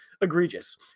egregious